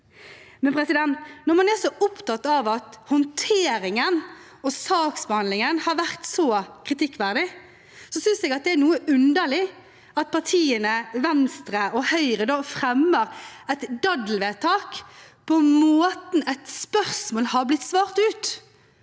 innstillingen. Når man er så opptatt av at håndteringen og saksbehandlingen har vært så kritikkverdig, synes jeg det er noe underlig at partiene Venstre og Høyre da fremmer et daddelvedtak for måten et spørsmål har blitt svart ut